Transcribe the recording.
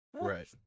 Right